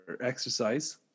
exercise